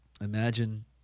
Imagine